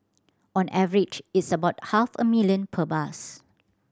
on average it's about half a million per bus